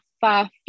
far